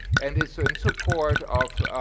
and is so in support of